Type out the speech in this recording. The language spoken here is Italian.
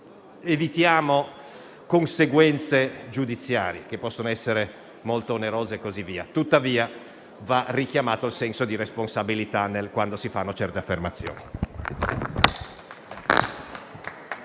conseguenze giudiziarie che possono essere molto onerose. Tuttavia - lo ripeto - va richiamato il senso di responsabilità quando si fanno certe affermazioni.